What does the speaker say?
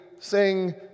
sing